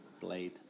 blade